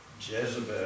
Jezebel